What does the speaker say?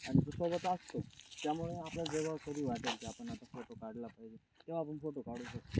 आणि तो सोबत असतो त्यामुळे आपल्या कधी वाटेल की आपण आता फोटो काढला पाहिजे तेव्हा आपण फोटो काढू शकतो